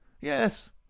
Yes